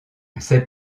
ses